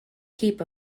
keep